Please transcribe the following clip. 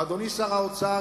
ואדוני שר האוצר,